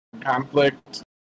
conflict